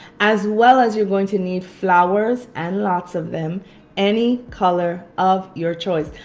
as well as you're going to need flowers and lots of them any color of your choice.